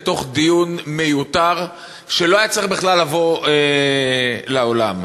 לדיון מיותר שלא היה צריך בכלל לבוא לעולם.